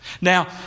Now